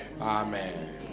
Amen